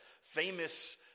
famous